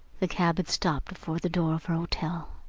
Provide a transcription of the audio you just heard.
the cab had stopped before the door of her hotel.